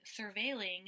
surveilling